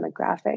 demographic